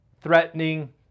threatening